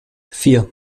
vier